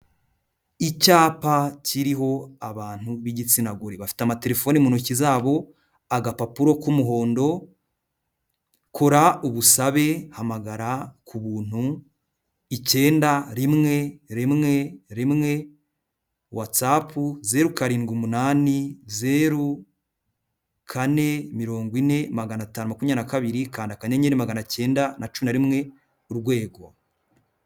Icyapa kiriho abantu b'igitsina gore. Bafite amatelefoni mu ntoki zabo, agapapuro k'umuhondo. Kora ubusabe hamagara ku buntu, icyenda rimwe rimwe rimwe. Watsapu zeru karindwi umunani zeru kane mirongo ine magana atanu makumyabiri na kabiri. Kanda akanyeyenyeri magana cyenda na cumi na rimwe urwego.